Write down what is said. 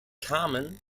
kamen